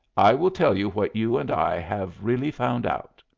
i will tell you what you and i have really found out.